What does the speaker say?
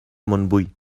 montbui